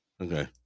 Okay